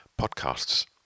podcasts